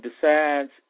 decides